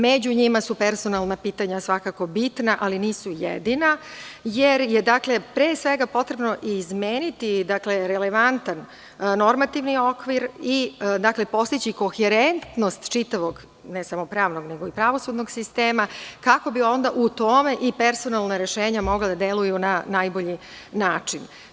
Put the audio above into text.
Među njima su personalna pitanja svakako bitna, ali nisu jedina, jer je pre svega potrebno izmeniti relevantan normativni okvir i postići koherentnost čitavog, ne samo pravnog, nego i pravosudnog sistema, kako bi onda u tome i personalna rešenja mogla da deluju na najbolji način.